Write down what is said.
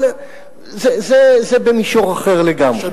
אבל זה במישור אחר לגמרי.